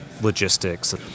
logistics